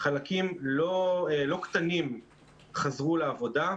חלקים לא קטנים חזרו לעבודה.